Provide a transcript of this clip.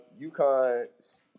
UConn